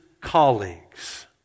colleagues